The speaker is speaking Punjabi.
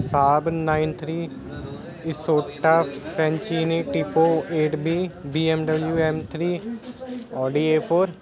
Sahib nine three Isotta Fraschini Tipo eight B B B M W M three Audi A four